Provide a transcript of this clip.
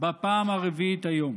בפעם הרביעית היום: